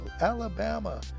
Alabama